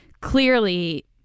clearly